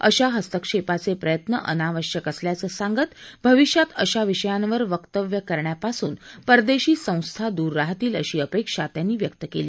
अशा हस्तक्षेपाचे प्रयत्न अनावश्यक असल्याचं सांगत भविष्यात अशा विषयांवर वक्तव्य करण्यापासून परदेशी संस्था दूर राहतील अशी अपेक्षा त्यांनी व्यक्त केली